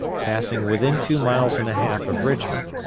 passing within two miles and a half of richmond,